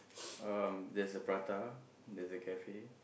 um there's a prata there's a cafe